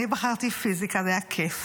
אני בחרתי פיזיקה והיה כיף